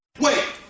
Wait